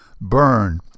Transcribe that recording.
burn